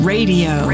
Radio